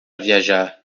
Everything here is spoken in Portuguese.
viajar